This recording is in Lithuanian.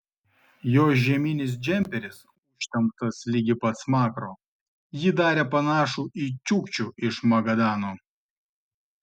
jo žieminis džemperis užtemptas ligi pat smakro jį darė panašų į čiukčių iš magadano